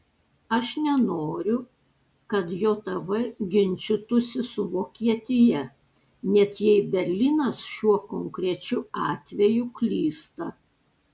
aš nenoriu kad jav ginčytųsi su vokietija net jei berlynas šiuo konkrečiu atveju klysta